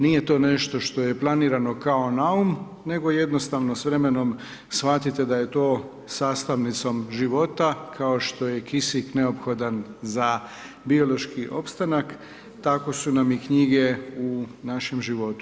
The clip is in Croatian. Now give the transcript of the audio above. Nije to nešto što je planirano kao naum nego jednostavno s vremenom shvatite da je to sastavnicom života, kao što je kisik neophodan za biološki opstanak, tako su nam i knjige u našem životu.